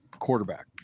quarterback